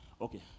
okay